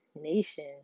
nation